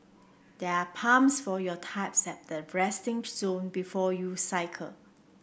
there are pumps for your tyres at the resting zone before you cycle